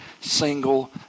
single